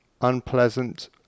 unpleasant